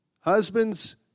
Husbands